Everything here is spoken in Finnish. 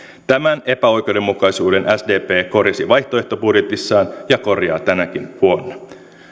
tämän epäoikeudenmukaisuuden sdp korjasi vaihtoehtobudjetissaan ja korjaa tänäkin vuonna